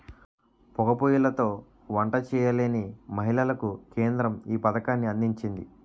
పోగా పోయ్యిలతో వంట చేయలేని మహిళలకు కేంద్రం ఈ పథకాన్ని అందించింది